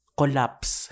collapse